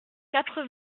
quatre